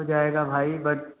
हो जाएगा भाई बट